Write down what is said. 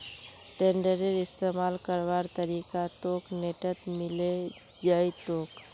टेडरेर इस्तमाल करवार तरीका तोक नेटत मिले जई तोक